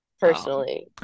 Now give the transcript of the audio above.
personally